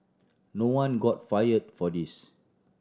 no one got fire for this